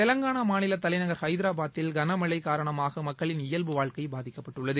தெலங்கானா மாநில தலைநகா் ஹைதராபாத்தில் கனமழை காரணமான மக்களின் இயல்பு வாழ்க்கை பாதிக்கப்பட்டுள்ளது